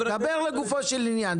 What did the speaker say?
דבר לגופו של עניין,